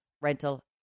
rental